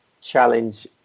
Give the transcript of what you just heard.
challenge